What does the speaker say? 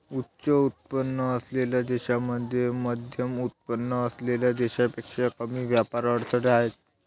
उच्च उत्पन्न असलेल्या देशांमध्ये मध्यमउत्पन्न असलेल्या देशांपेक्षा कमी व्यापार अडथळे आहेत